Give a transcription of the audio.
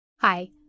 Hi